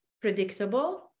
predictable